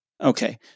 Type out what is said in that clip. Okay